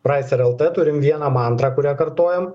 praiser lt turim vieną mantrą kurią kartojam